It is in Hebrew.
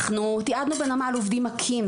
אנחנו תיעדנו בנמל עובדים מכים,